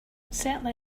certainly